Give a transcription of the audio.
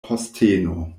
posteno